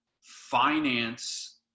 finance